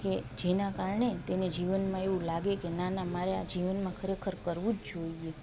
કે જેના કારણે તેને જીવનમાં એવું લાગે કે નાના મારે આ જીવનમાં ખરેખર કરવું જ જોઈએ